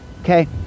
okay